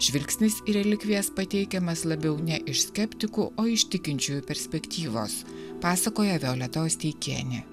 žvilgsnis į relikvijas pateikiamas labiau ne iš skeptikų o iš tikinčiųjų perspektyvos pasakoja violeta osteikienė